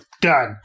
Done